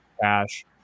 cash